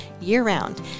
year-round